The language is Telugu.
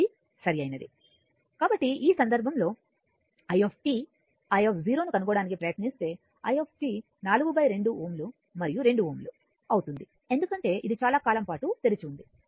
అది సరైనది కాబట్టి ఆ సందర్భంలో i i ను కనుగొనడానికి ప్రయత్నిస్తే i 4 2 Ω మరియు 2 Ω అవుతుంది ఎందుకంటే ఇది చాలా కాలం పాటు తెరిచి ఉంది